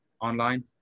online